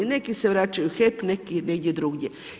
Neki se vraćaju u HEP, neki negdje drugdje.